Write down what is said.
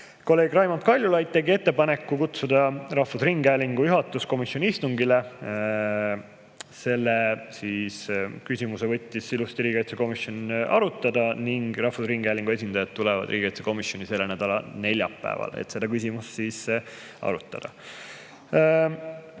Kolleeg Raimond Kaljulaid tegi ettepaneku kutsuda rahvusringhäälingu juhatus komisjoni istungile. Selle küsimuse võttis riigikaitsekomisjon ilusti arutada ning rahvusringhäälingu esindajad tulevad riigikaitsekomisjoni selle nädala neljapäeval, et seda küsimust arutada.